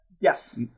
Yes